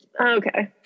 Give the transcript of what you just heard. Okay